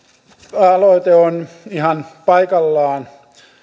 aloite on ihan paikallaan